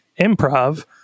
improv